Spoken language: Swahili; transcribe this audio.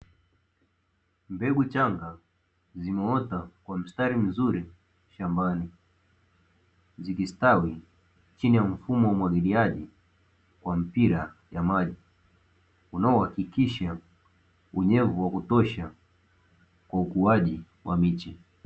Mbegu changa zimeota kwa mstari mzuri shambani, zikistawi chini ya mfumo wa umwagiliaji wa mpira ya maji, unaohakikisha unyevu wa kutosha kwa ukuaji wa miche.